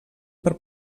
per